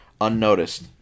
unnoticed